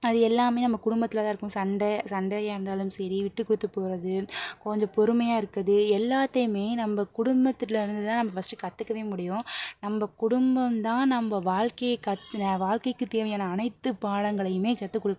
அது எல்லாமே நம்ப குடும்பத்தில் தான் இருக்கும் சண்டை சண்டையாக இருந்தாலும் சரி விட்டுக் கொடுத்து போகிறது கொஞ்சம் பொறுமையாக இருக்கிறது எல்லாத்தையுமே நம்ப குடும்பத்தில் இருந்துதான் நம்ப ஃபஸ்ட் கத்துக்கவே முடியும் நம்ப குடும்பம்தான் நம்ப வாழ்க்கையை கத்துன வாழ்க்கைக்குத் தேவையான அனைத்துப் பாடங்களையுமே கற்றுக் கொடுப்பாங்க